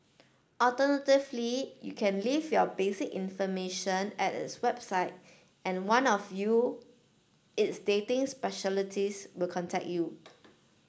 alternatively you can leave your base information at its website and one of you its dating specialities will contact you